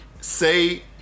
Say